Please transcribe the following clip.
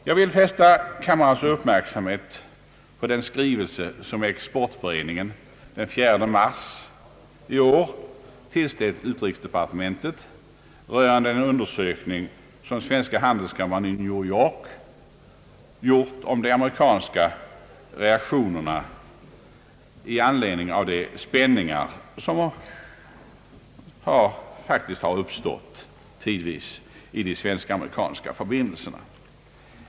Jag vill fästa kammarens uppmärksamhet på den skrivelse som Exportföreningen den 4 mars i år tillställde utrikesdepartementet rörande en undersökning som svenska handelskammaren i New York gjort om de amerikanska relationerna i anledning av de spänningar, som tidivis faktiskt har uppstått i de svensk-amerikanska förbindelserna.